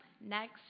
next